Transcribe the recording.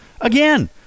again